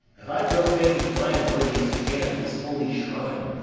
if i profane with my unworthiest hand this holy shrine,